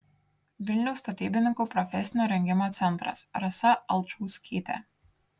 vilniaus statybininkų profesinio rengimo centras rasa alčauskytė